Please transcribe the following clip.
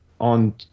on